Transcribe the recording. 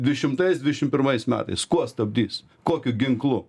dvidešimtais dvidešim pirmais metais kuo stabdys kokiu ginklu